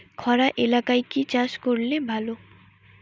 খরা এলাকায় কি চাষ করলে ভালো?